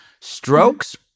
strokes